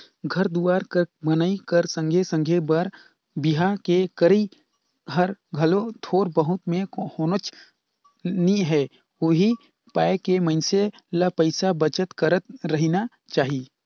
घर दुवार कर बनई कर संघे संघे बर बिहा के करई हर घलो थोर बहुत में होनेच नी हे उहीं पाय के मइनसे ल पइसा बचत करत रहिना चाही